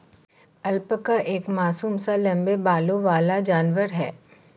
alpaca एक मासूम सा लम्बे बालों वाला जानवर है